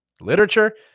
literature